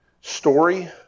story